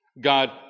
God